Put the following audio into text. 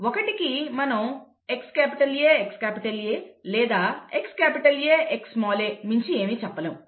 1 కి మనం XAXA లేదా XAXa మించి ఏమీ చెప్పలేము